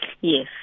Yes